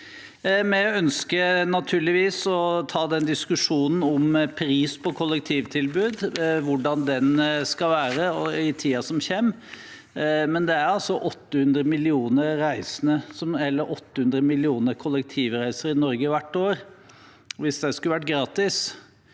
Vi ønsker naturligvis å ta den diskusjonen om pris på kollektivtilbud og hvordan den skal være i tiden som kommer, men det er altså 800 millioner kollektivreiser i Norge hvert år. Hvis det skulle ha vært gratis